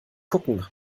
gucken